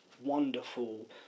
wonderful